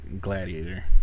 Gladiator